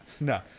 No